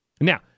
Now